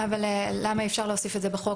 אבל למה אי-אפשר להוסיף את זה בחוק,